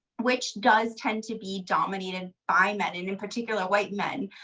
which does tend to be dominated by men. in in particular, white men.